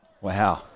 Wow